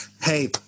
hey